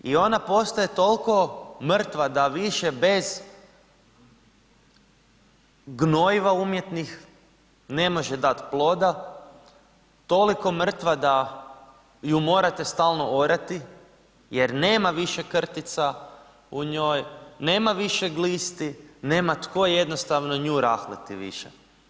I ona postaje toliko mrtva da više bez gnojiva umjetnik ne može dat ploda, toliko mrtva da ju morate stalno orati jer nema više krtica u njoj, nema više glisti, nema tko jednostavno nju rahliti više.